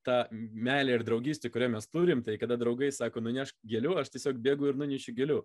ta meilė ir draugystė kurią mes turim tai kada draugai sako nunešk gėlių aš tiesiog bėgu ir nunešu gėlių